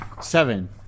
Seven